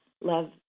love